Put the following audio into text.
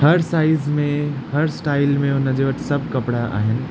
हर साइज़ में हर स्टाइल में हुन जे वठु सभु कपिड़ा आहिनि